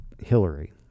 Hillary